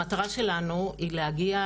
המטרה שלנו היא להגיע